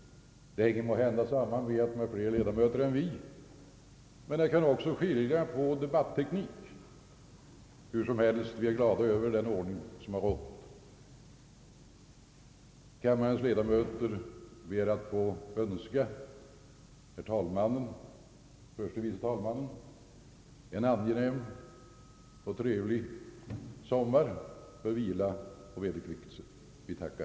Det hänger måhända samman med att andra kammaren har fler leda möter än första kammaren, men det kan också skilja på debatteknik. Hur som helst är vi glada över den ordning som har rått. Kammarens ledamöter ber att få önska herr talmannen och herr förste vice talmannen en angenäm och trevlig sommar med vila och vederkvickelse. Vi tackar.